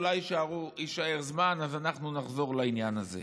אולי יישאר זמן, ואז אנחנו נחזור לעניין הזה.